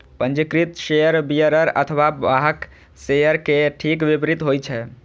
पंजीकृत share bearer अथवा वाहक शेयर के ठीक विपरीत होइ छै